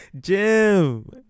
Jim